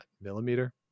millimeter